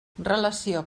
relació